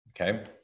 Okay